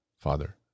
Father